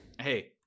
Hey